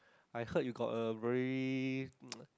I heard you got a very